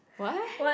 what